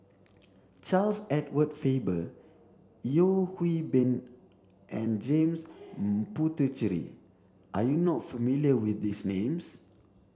Charles Edward Faber Yeo Hwee Bin and James Puthucheary are you not familiar with these names